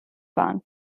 waren